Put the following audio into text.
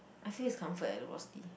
I feel it's comfort eh the Rosti